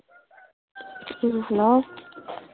ꯎꯝ hello